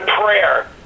prayer